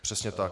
Přesně tak.